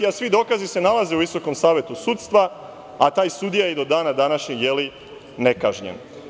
Svi dokazi se nalaze u Visokom savetu sudstva, a taj sudija je i do dana današnjeg nekažnjen.